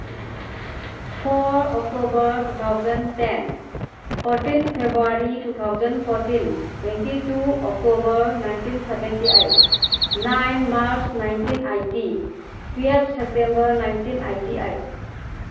four October two thousand ten fourteen February two thousand fourteen twenty two October nineteen seventy eight nine March nineteen eighty twelve September nineteen eighty eight